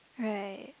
right